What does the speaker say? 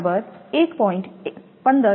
05V2 1